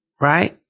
right